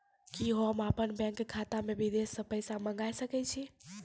कि होम अपन बैंक खाता मे विदेश से पैसा मंगाय सकै छी?